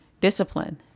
discipline